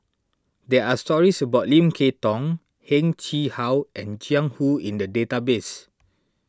there are stories about Lim Kay Tong Heng Chee How and Jiang Hu in the database